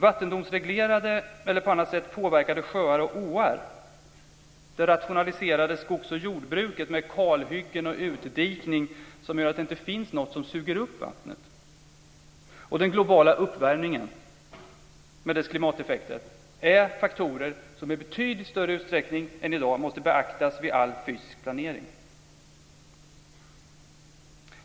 Vattendomsreglerade eller på annat sätt påverkade sjöar och åar, det rationaliserade skogs och jordbruket med kalhyggen och utdikning som gör att det inte finns något som suger upp vattnet samt den globala uppvärmningen med dess klimateffekter är faktorer som i betydligt större utsträckning än i dag måste beaktas vid all fysisk planering.